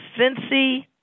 Cincy